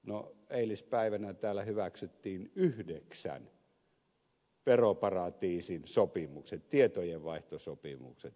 no eilispäivänä täällä hyväksyttiin yhdeksän veroparatiisin sopimukset tietojenvaihtosopimukset